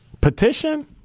Petition